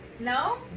no